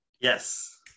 Yes